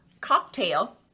cocktail